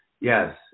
yes